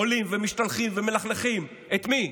עולים ומשתלחים ומלכלכים, את מי?